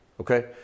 okay